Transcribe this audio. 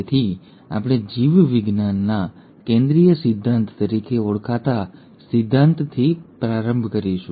તેથી આપણે જીવવિજ્ઞાનના કેન્દ્રીય સિદ્ધાંત તરીકે ઓળખાતા સિદ્ધાંતથી પ્રારંભ કરીશું